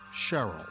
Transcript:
Cheryl